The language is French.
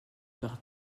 par